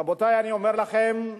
רבותי, אני אומר לכם,